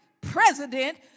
president